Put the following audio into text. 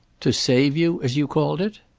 to save you, as you called it?